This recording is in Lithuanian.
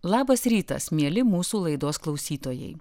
labas rytas mieli mūsų laidos klausytojai